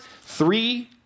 Three